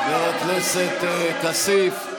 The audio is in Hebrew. חבר הכנסת כסיף.